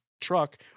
truck